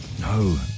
No